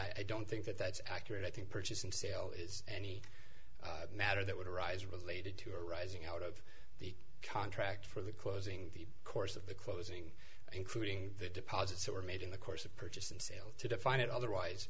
i don't think that that's accurate i think purchase and sale is any matter that would arise related to arising out of the contract for the closing the course of the closing including the deposits were made in the course of purchase and sale to define it otherwise